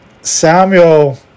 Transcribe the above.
Samuel